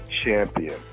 champion